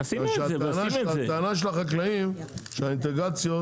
הטענה של החקלאים היא שהאינטגרציות